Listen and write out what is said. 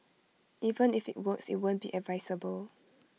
even if IT works IT won't be advisable